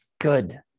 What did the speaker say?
good